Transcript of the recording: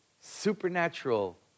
Supernatural